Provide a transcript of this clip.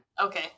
Okay